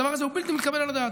הדבר הזה הוא בלתי מתקבל על הדעת,